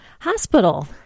Hospital